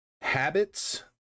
habits